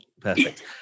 Perfect